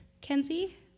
Kenzie